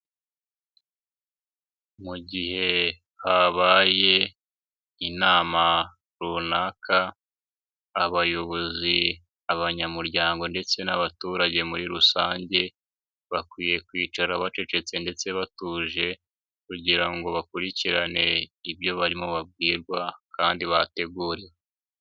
Mu gihe habaye inama runaka, abayobozi, abanyamuryango ndetse n'abaturage muri rusange, bakwiye kwicara bacecetse ndetse batuje kugira ngo bakurikirane ibyo barimo babwirwa kandi bateguriwe.